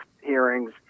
hearings